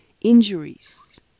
injuries